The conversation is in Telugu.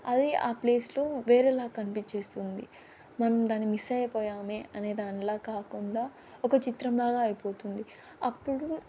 అది ఆ ప్లేస్లో వేరేలా కనిపించేస్తుంది మనం దాన్ని మిస్ అయిపోయామే అనే దానిలా కాకుండా ఒక చిత్రం లాగా అయిపోతుంది అప్పుడు